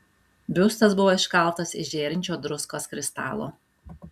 biustas buvo iškaltas iš žėrinčio druskos kristalo